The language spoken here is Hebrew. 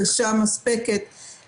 מהניסיון שלי בעבר כמנכ"ל משרד השיכון,